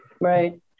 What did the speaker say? Right